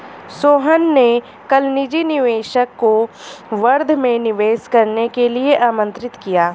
सोहन ने कल निजी निवेशक को वर्धा में निवेश करने के लिए आमंत्रित किया